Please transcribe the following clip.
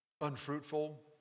Unfruitful